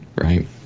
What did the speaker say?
Right